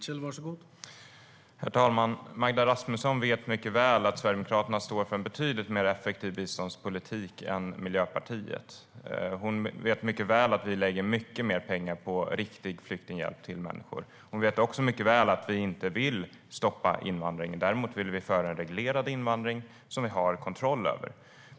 Herr talman! Magdalena Rasmusson vet mycket väl att Sverigedemokraterna står för en betydligt mer effektiv biståndspolitik än Miljöpartiet. Hon vet mycket väl att vi i våra förslag lägger mycket mer pengar på riktig flyktinghjälp till människor. Hon vet också mycket väl att vi inte vill stoppa invandringen. Däremot vill vi ha en reglerad invandring som vi har kontroll över.